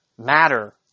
Matter